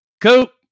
Coop